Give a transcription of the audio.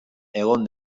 egon